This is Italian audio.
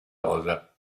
rosa